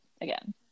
again